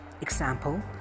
Example